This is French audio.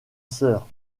sœur